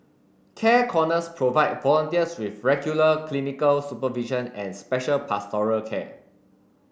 care corners provide volunteers with regular clinical supervision and special pastoral care